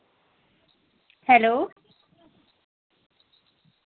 hello